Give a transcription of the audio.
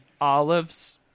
olives